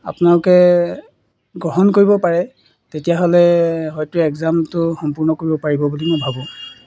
আপোনালোকে গ্ৰহণ কৰিব পাৰে তেতিয়াহ'লে হয়তো এগ্জামটো সম্পূৰ্ণ কৰিব পাৰিব বুলি মই ভাবোঁ